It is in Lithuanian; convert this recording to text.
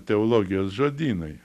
teologijos žodynai